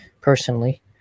personally